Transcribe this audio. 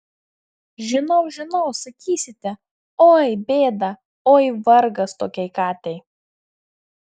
žinau žinau sakysite oi bėda oi vargas tokiai katei